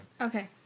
Okay